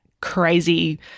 crazy